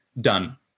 done